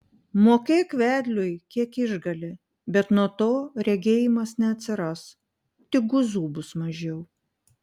mokėk vedliui kiek išgali bet nuo to regėjimas neatsiras tik guzų bus mažiau